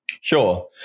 Sure